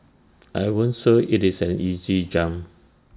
I won't say IT is an easy jump